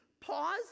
Pause